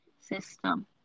system